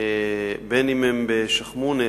בין שהם בשיח'-מוניס,